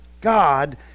God